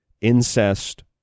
incest